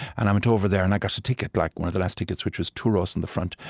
and i went over there, and i got a ticket, like one of the last tickets, which was two rows in the front.